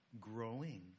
growing